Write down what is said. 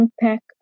unpack